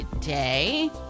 today